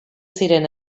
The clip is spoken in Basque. ziren